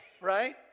right